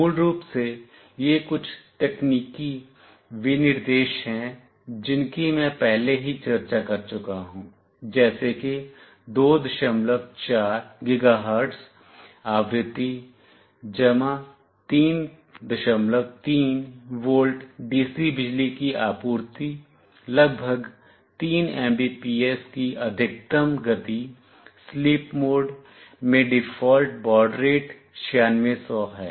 मूल रूप से ये कुछ तकनीकी विनिर्देश हैं जिनकी मैं पहले ही चर्चा कर चुका हूं जैसे कि 24 गीगाहर्ट्ज़ आवृत्ति 33 वोल्ट DC बिजली की आपूर्ति लगभग 3 Mbps की अधिकतम गति स्लीप मोड में डिफ़ॉल्ट बॉड रेट 9600 है